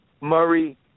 Murray